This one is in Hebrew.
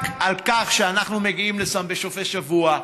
רק על כך שאנחנו מגיעים לשם בסופי שבוע,